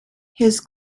his